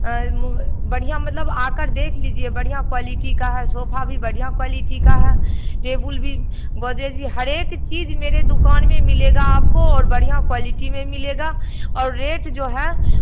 मू बढ़िया मतलब आकर देख लीजिए बढ़िया क्वालीटी का है सोफा भी बढ़िया क्वालीटी का है टेबुल भी भी हर एक चीज़ मेरे दुकान में मिलेगा आपको और बढ़िया क्वालीटी में मिलेगा और रेट जो है